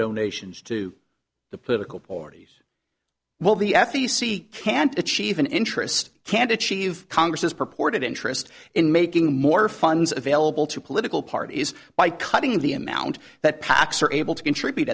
donations to the political parties while the f e c can't achieve an interest can't achieve congress's purported interest in making more funds available to political parties by cutting the amount that pacs are able to contribute